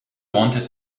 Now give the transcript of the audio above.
wanted